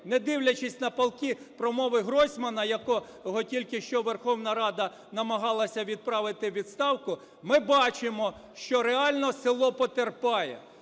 не дивлячись на палкі промови Гройсмана, якого тільки що Верховна Рада намагалася відправити у відставку, ми бачимо, що реально село потерпає,